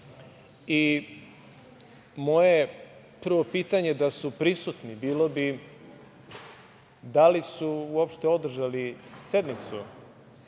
i moje prvo pitanje, da su prisutni, bilo bi da li su uopšte održali sednicu